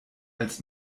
als